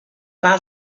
war